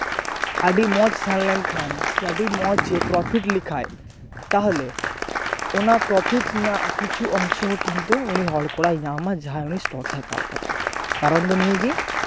ᱟᱹᱰᱤ ᱢᱚᱡᱽ ᱥᱮᱱ ᱞᱮᱱᱠᱷᱟᱱ ᱥᱮ ᱟᱹᱰᱤ ᱢᱚᱡᱮ ᱯᱨᱚᱯᱷᱤᱴ ᱞᱮᱠᱷᱟᱱ ᱛᱟᱞᱦᱮ ᱚᱱᱟ ᱯᱨᱚᱯᱷᱤᱴ ᱨᱮᱱᱟᱜ ᱠᱤᱪᱷᱩ ᱚᱝᱥᱚ ᱦᱚᱸ ᱠᱤᱱᱛᱩ ᱩᱱᱤ ᱦᱚᱲ ᱠᱚᱲᱟᱭ ᱧᱟᱢᱟ ᱡᱟᱦᱟᱸᱭ ᱩᱱᱤ ᱥᱴᱚᱠᱮᱭ ᱦᱟᱛᱟᱣ ᱠᱟᱫᱟ ᱠᱟᱨᱚᱱ ᱫᱚ ᱱᱤᱭᱟᱹ ᱜᱮ